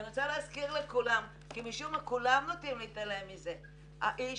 אני רוצה להזכיר לכולם כי משום מה כולם נוטים להתעלם מזה שהאיש